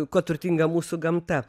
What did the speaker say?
kuo turtinga mūsų gamta